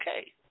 okay